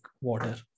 water